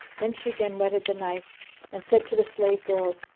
then she again whetted the knife and said to the slave girls,